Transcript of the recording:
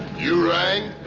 you rang?